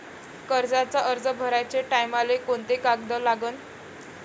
कर्जाचा अर्ज भराचे टायमाले कोंते कागद लागन?